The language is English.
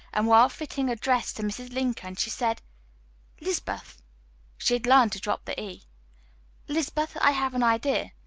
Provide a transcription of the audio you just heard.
and while fitting a dress to mrs. lincoln, she said lizabeth she had learned to drop the e lizabeth, i have an idea.